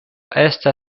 estas